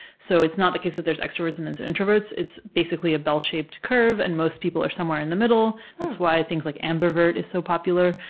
so it's not the case that there's extroverts and then there's so introverts, it's basically a bell-shaped curve and most people are somewhere in the middle. that's why things like ambivert is so popular.